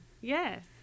Yes